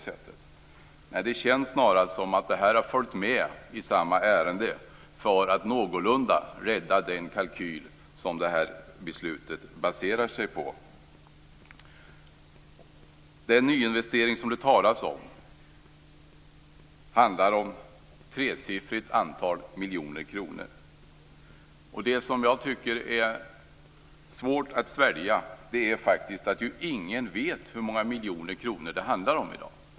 Nej, det känns snarast som att detta har följt med i samma ärende för att någorlunda rädda den kalkyl som beslutet baserar sig på. Den nyinvestering som det talas om handlar om ett tresiffrigt antal miljoner kronor. Det jag tycker är svårt att svälja är att ingen i dag faktiskt vet hur många miljoner kronor det handlar om.